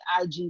IG